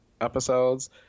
episodes